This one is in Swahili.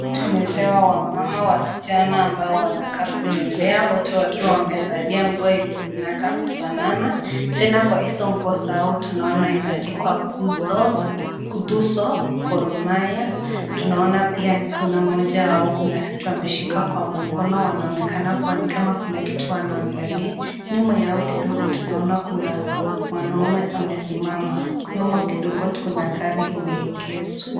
Tumepewa wamama wasichana ambao wanakaa kutembea wote wakiwa wamevalia nguo yenye zinakaa kufanana. Tena kwa hizo nguo zao tunaona imeandikwa Tuzo Gor mahia . Tunaona pia ni kuna mmoja wao kuna vitu ameshika kwa mkono wanaonekana kuwa ni kama kuna kitu wanaangalia. Nyuma yao kidogo tunaona kuna mwanamume amesimama. Nyuma kidogo kuna gari imeegeshwa.